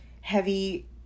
heavy